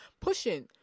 pushing